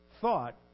thought